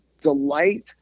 delight